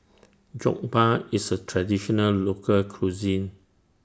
Jokbal IS A Traditional Local Cuisine